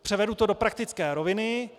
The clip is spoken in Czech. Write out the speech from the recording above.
Převedu to do praktické roviny.